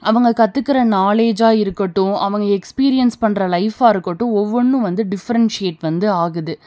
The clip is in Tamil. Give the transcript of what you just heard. அவங்க கற்றுக்கற நாலேஜாக இருக்கட்டும் அவங்க எக்ஸ்பீரியன்ஸ் பண்ற லைஃபாக இருக்கட்டும் ஒவ்வொன்றும் வந்து டிஃப்ரென்ட்ஸியேட் வந்து ஆகுது